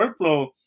workflow